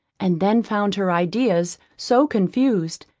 and then found her ideas so confused,